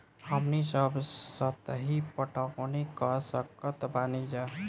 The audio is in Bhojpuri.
हमनी सब सतही पटवनी क सकतऽ बानी जा